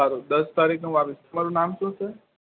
સારું દસ તારીખએ હું આવીશ તમારું નામ શું છે